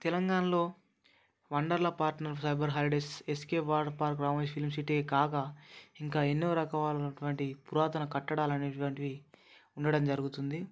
తెలంగాణలో Wonderla partner cyber holidays escape water park Ramoji film సిటీయే కాక ఇంకా ఎన్నో రకాలైనటువంటి పురాతన కట్టడాలు అనేటటువంటివి ఉండడం జరుగుతుంది